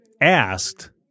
asked